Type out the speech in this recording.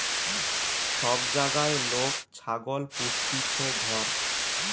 সব জাগায় লোক ছাগল পুস্তিছে ঘর